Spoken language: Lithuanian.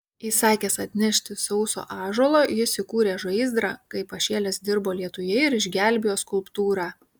įsakęs atnešti sauso ąžuolo jis įkūrė žaizdrą kaip pašėlęs dirbo lietuje ir išgelbėjo skulptūrą